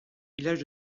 villages